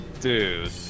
Dude